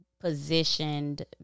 positioned